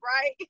right